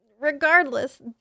regardless